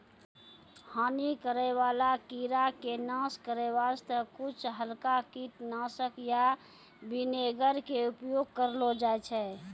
हानि करै वाला कीड़ा के नाश करै वास्तॅ कुछ हल्का कीटनाशक या विनेगर के उपयोग करलो जाय छै